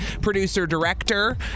producer-director